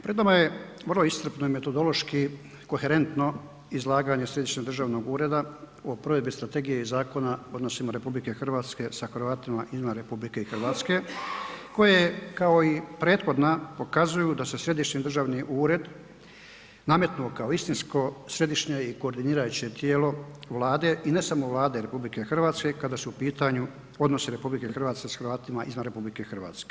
Pred nama je vrlo iscrpno metodološki koherentno izlaganje Središnjeg državnog ureda o provedbi strategije i Zakona o odnosima RH sa Hrvatima izvan RH koje kao i prethodna pokazuju da se središnji državni ured nametnuo kao istinsko središnje i koordinirajuće tijelo Vlade i ne samo Vlade RH kada su u pitanju odnosi RH s Hrvatima izvan RH.